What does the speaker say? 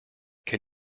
can